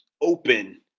open